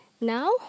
Now